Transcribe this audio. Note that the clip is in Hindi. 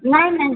नहीं नहीं